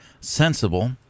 sensible